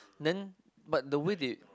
then but the way they